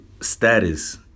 status